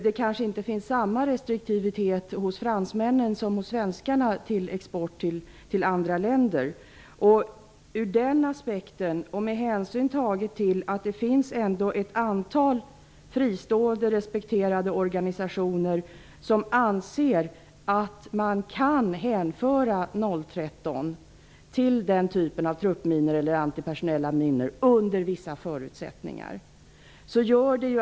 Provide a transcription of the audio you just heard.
Det kanske inte finns samma restriktivitet hos fransmännen som hos svenskarna när det gäller export till andra länder. Ur den aspekten och med hänsyn tagen till att det finns ett antal fristående respekterade organisationer som anser att man under vissa förutsättningar kan hänföra mina 013 till gruppen truppminor eller antipersonella minor rör vi oss litet i ett gränsland.